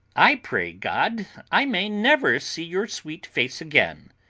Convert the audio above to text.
i pray god i may never see your sweet face again.